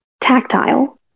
tactile